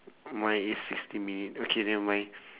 mine is sixty minute okay never mind